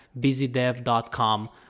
BusyDev.com